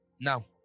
now